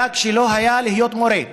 הגג שלו היה להיות מורה.